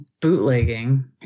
bootlegging